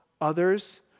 others